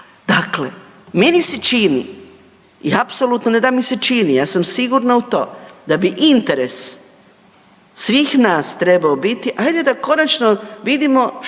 Dakle, meni se čini i apsolutno, ne da mi se čini, ja sam sigurna u to da bi interes svih nas trebao biti, ajde da konačno vidimo što